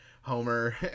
Homer